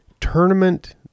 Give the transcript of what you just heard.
tournament